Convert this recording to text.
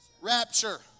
rapture